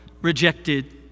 rejected